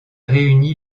réunit